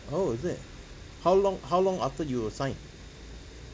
oh is it how long how long after you'll sign